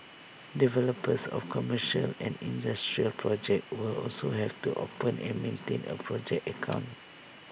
developers of commercial and industrial projects will also have to open and maintain A project account